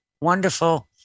wonderful